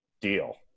deal